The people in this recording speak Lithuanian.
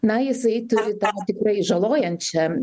na jisai turi tą tikrai žalojančią